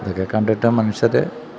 ഇതൊക്കെ കണ്ടിട്ട് മനുഷ്യര്